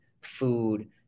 food